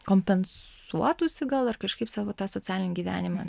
kompensuotųsi gal ar kažkaip savo tą socialinį gyvenimą